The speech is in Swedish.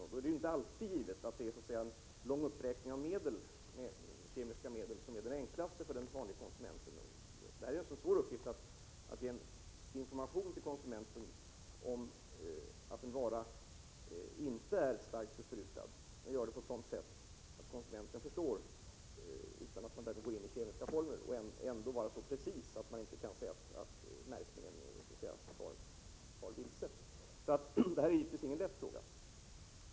Det är inte alltid givet att det är en lång uppräkning av kemiska medel som är enklast för den vanliga konsumenten. Det är alltså en svår uppgift att ge information till konsumenten om att en vara inte är starkt besprutad och att göra det på ett sådant sätt att konsumenten förstår, utan att ange kemiska formler men ändå vara så precis att märkningen inte leder vilse.